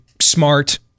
smart